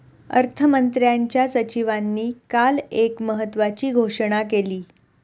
अर्थमंत्र्यांच्या सचिवांनी काल एक महत्त्वाची घोषणा केली